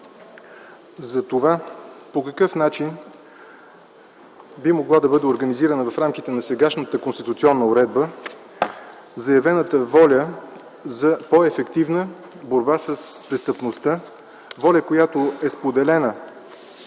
за това по какъв начин би могла да бъде организирана в рамките на сегашната конституционна уредба заявената воля за по-ефективна борба с престъпността. Воля, която е споделена,